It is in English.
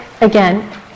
again